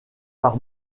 par